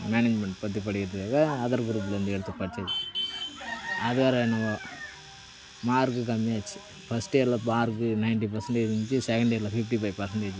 management பற்றி படிக்கிறதுக்காக other குரூப்பிலேருந்து எடுத்து படிச்சுட்டு அது வேறு என்னவோ மார்க் கம்மியாகிடுச்சி ஃபஸ்ட் இயரில் மார்க் நைண்டி பெர்சண்டேஜ் இருந்துச்சு செகண்ட் இயரில் ஃபிப்ட்டி ஃபைவ் பெர்சண்டேஜ்